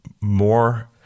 more